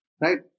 right